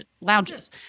lounges